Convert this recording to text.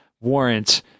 warrant